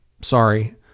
sorry